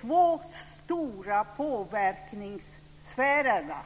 två stora påverkanssfärerna.